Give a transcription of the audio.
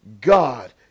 God